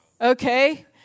Okay